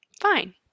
fine